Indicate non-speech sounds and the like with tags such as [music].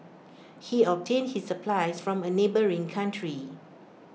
[noise] he obtained his supplies from A neighbouring country